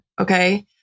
Okay